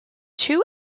two